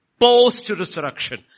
Post-resurrection